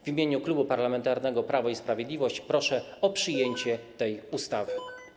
W imieniu Klubu Parlamentarnego Prawo i Sprawiedliwość proszę o przyjęcie tej ustawy.